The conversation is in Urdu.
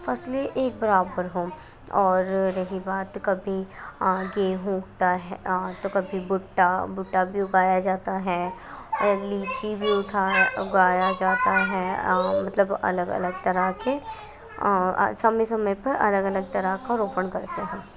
فصلیں ایک برابر ہوں اور رہی بات کبھی گیہوں اگتا ہے تو کبھی بھٹا بھٹا بھی اگایا جاتا ہے اور لیچی بھی اٹھایا اگایا جاتا ہے اور مطلب الگ الگ طرح کے سب موسم میں پھر الگ الگ طرح کا روپن کرتے ہیں